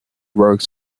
rogue